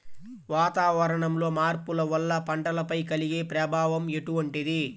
వాతావరణంలో మార్పుల వల్ల పంటలపై కలిగే ప్రభావం ఎటువంటిది?